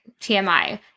TMI